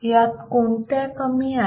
यात कोणत्या कमी आहेत